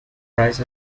price